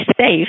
safe